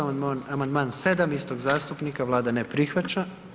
Amandman 7. istog zastupnika, Vlada ne prihvaća.